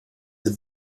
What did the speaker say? the